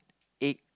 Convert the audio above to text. egg